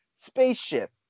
spaceship